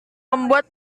membuat